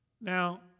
Now